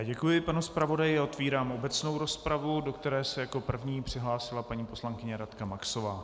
Děkuji panu zpravodaji a otevírám obecnou rozpravu, do které se jako první přihlásila paní poslankyně Radka Maxová.